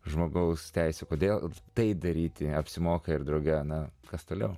žmogaus teisių kodėl tai daryti apsimoka ir drauge ana kas toliau